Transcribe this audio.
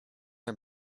are